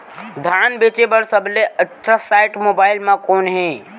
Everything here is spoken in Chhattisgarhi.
धान बेचे बर सबले अच्छा साइट मोबाइल म कोन हे?